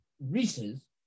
Reese's